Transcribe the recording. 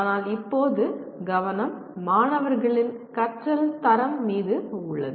ஆனால் இப்போது கவனம் மாணவர்களின் கற்றலின் தரம் மீது உள்ளது